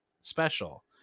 special